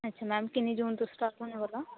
ਅੱਛਾ ਮੈਮ ਕਿੰਨੀ ਜੂਨ ਤੋਂ ਸਟਾਰਟ ਹੋਣ ਵਾਲਾ